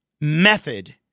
method